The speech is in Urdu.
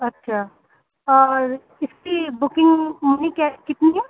اچھا اور اس کی بکنگ منی کیا کتنی ہے